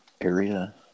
area